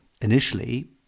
initially